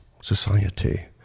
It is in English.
society